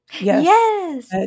Yes